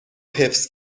حفظ